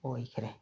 ꯑꯣꯏꯈ꯭ꯔꯦ